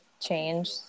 change